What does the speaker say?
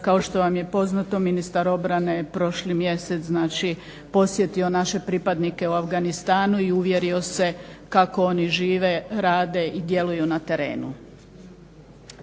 kao što vam je poznato ministar obrane je prošli mjesec znači posjetio naše pripadnike u Afganistanu i uvjerio se kako oni žive, rade i djeluju na terenu.